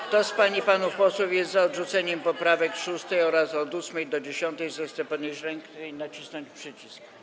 Kto z pań i panów posłów jest za odrzuceniem poprawek 6. oraz od 8. do 10., zechce podnieść rękę i nacisnąć przycisk.